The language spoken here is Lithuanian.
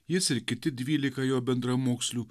jis ir kiti dvylika jo bendramokslių